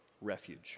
refuge